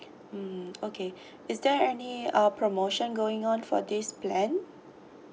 mm okay is there any uh promotion going on for this plan